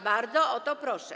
Bardzo o to proszę.